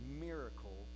miracle